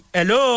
Hello